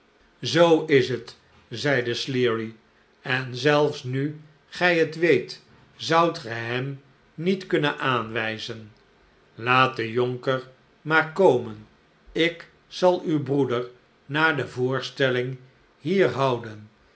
zoo is het zeide sleary en zelfs nu gij het weet zoudt ge hem niet kunnen aanwijzen laat de jonker maar komen ik zal uw broeder na de voorstelling hier houden